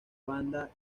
banda